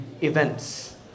events